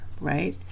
right